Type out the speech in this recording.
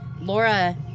Laura